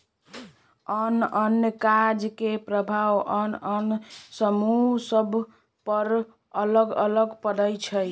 आन आन कर्जा के प्रभाव आन आन समूह सभ पर अलग अलग पड़ई छै